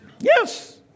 Yes